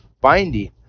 binding